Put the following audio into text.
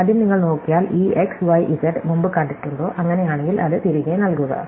ആദ്യം നിങ്ങൾ നോക്കിയാൽ ഈ x y z മുമ്പ് കണ്ടിട്ടുണ്ടോ അങ്ങനെയാണെങ്കിൽ അത് തിരികെ നൽകുക